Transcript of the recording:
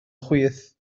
chwith